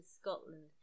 Scotland